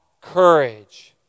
courage